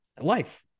life